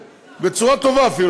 בצורה טובה אפילו,